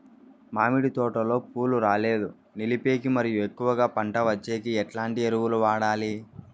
మామిడి తోటలో పూలు రాలేదు నిలిపేకి మరియు ఎక్కువగా పంట వచ్చేకి ఎట్లాంటి ఎరువులు వాడాలి?